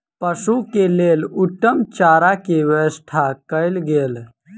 पशु के लेल उत्तम चारा के व्यवस्था कयल गेल